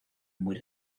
muy